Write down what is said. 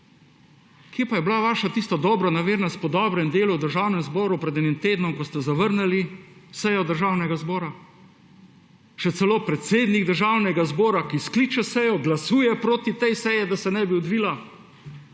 Kje pa je bila vaša tisti dobronamernost po dobrem delu v Državnem zboru pred enim tednom, ko ste zavrnili sejo Državnega zbora? Še celo predsednik Državnega zbora, ki skliče sejo, glasuje proti tej seji, da se ne bi odvila.